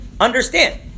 understand